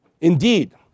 indeed